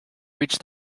reached